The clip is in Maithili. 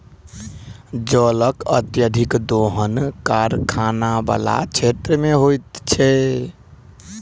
जलक अत्यधिक दोहन कारखाना बला क्षेत्र मे होइत छै